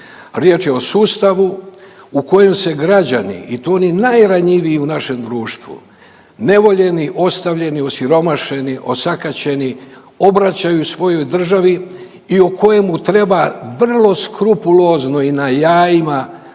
riječ je o sustavu u kojem se građani i to oni najranjiviji u našem društvu nevoljeni, ostavljeni, osiromašeni, osakaćeni obraćaju svojoj državi i o kojemu treba vrlo skrupulozno i na jajima